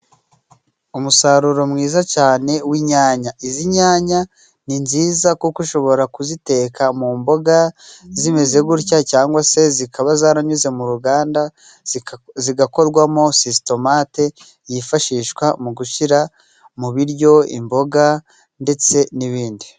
Umusaruro mwiza cyane w'inyanya. Izi nyanya ni nziza kuko ushobora kuziteka mu mboga zimeze gutya cyangwa se zikaba zaranyuze mu ruganda zigakorwamo sositomate yifashishwa mu gushyira mu biryo, imboga ndetse n'ibindi.